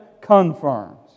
confirms